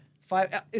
Five